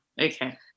okay